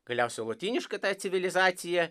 galiausiai lotynišką tą civilizaciją